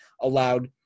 allowed